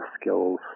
skills